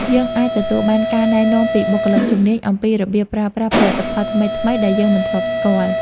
យើងអាចទទួលបានការណែនាំពីបុគ្គលិកជំនាញអំពីរបៀបប្រើប្រាស់ផលិតផលថ្មីៗដែលយើងមិនធ្លាប់ស្គាល់។